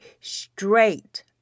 straight